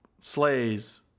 slays